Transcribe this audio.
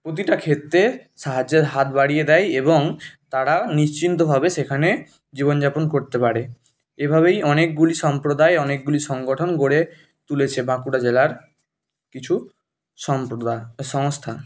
প্রতিটা ক্ষেত্রে সাহায্যের হাত বাড়িয়ে দেয় এবং তারা নিশ্চিন্তভাবে সেখানে জীবন যাপন করতে পারে এভাবেই অনেকগুলি সম্প্রদায় অনেকগুলি সংগঠন গড়ে তুলেছে বাঁকুড়া জেলার কিছু সম্প্রদায় সংস্থা